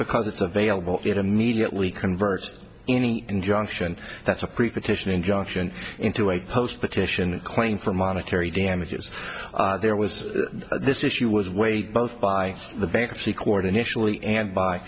because it's available it immediately converts any injunction that's a pre partition injunction into a post petition and claim for monetary damages there was this issue was weighed both by the bankruptcy court initially and by